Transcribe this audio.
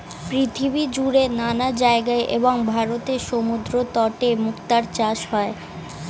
পৃথিবীজুড়ে নানা জায়গায় এবং ভারতের সমুদ্রতটে মুক্তার চাষ হয়